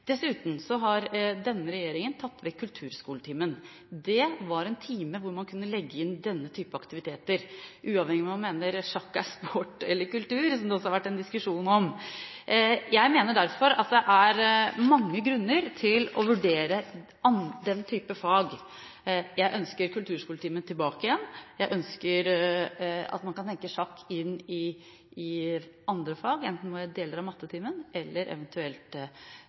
Dessuten har denne regjeringen tatt vekk kulturskoletimen. Det var en time hvor man kunne legge inn denne type aktivitet, uavhengig av om man mener sjakk er sport eller kultur, som det også har vært en diskusjon om. Jeg mener derfor at det er mange grunner til å vurdere den type fag. Jeg ønsker kulturskoletimen tilbake igjen, og jeg ønsker at man kan tenke sjakk inn i andre fag, enten som deler av mattetimen eller eventuelt